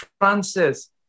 Francis